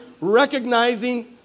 recognizing